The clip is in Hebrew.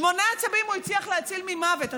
שמונה צבים הוא הצליח להציל ממוות.